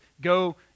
go